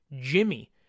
Jimmy